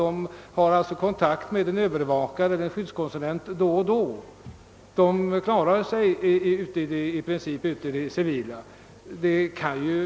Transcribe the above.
De har då och då kontakt med en övervakare eller en skyddskonsulent, men de klarar sig i princip ute i det civila livet.